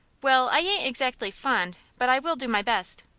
well, i ain't exactly fond, but i will do my best.